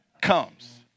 comes